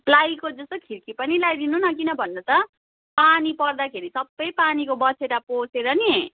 प्लाइको जस्तो खिर्की पनि लगाइदिनु न किन भन्नु त पानी पर्दाखेरि सबै पानीको बाछिटा पसेर नि